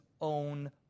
own